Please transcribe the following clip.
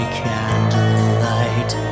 candlelight